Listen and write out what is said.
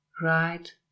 right